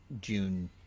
June